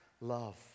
love